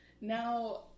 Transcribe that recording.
now